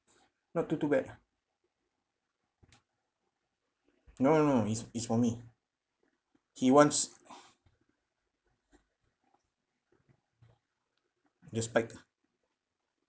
not too too bad ah no no is is for me he wants the spike ah